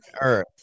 Earth